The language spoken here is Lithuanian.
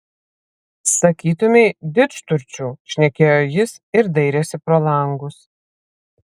sakytumei didžturčių šnekėjo jis ir dairėsi pro langus